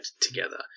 together